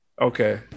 Okay